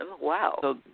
Wow